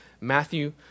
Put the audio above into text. Matthew